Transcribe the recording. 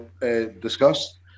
discussed